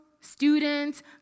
students